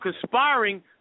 conspiring